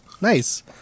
nice